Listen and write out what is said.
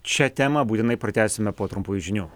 šią temą būtinai pratęsime po trumpųjų žinių